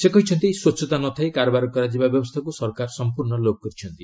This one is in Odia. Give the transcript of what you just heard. ସେ କହିଛନ୍ତି ସ୍ୱଚ୍ଛତା ନ ଥାଇ କାରବାର କରାଯିବା ବ୍ୟବସ୍ଥାକୁ ସରକାର ଲୋପ୍ କରିଛନ୍ତି